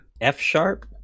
F-sharp